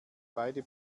beide